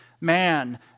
man